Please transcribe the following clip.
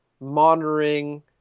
Monitoring